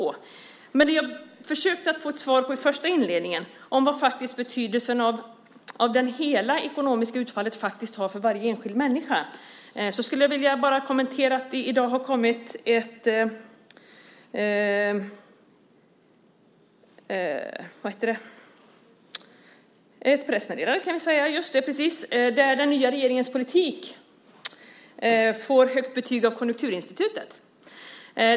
Med anledning av det jag försökte få ett svar på i min inledning, vilken betydelsen hela det ekonomiska utfallet faktiskt har för varje enskild människa, skulle jag vilja göra kommentaren att det i dag har kommit ett pressmeddelande där den nya regeringens politik får högt betyg av Konjunkturinstitutet.